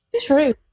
true